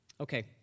Okay